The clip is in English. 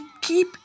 keep